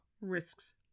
risks